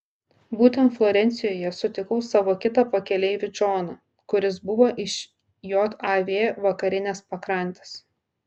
būtent florencijoje sutikau savo kitą pakeleivį džoną kuris buvo iš jav vakarinės pakrantės